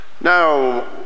now